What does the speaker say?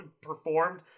performed